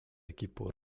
equipo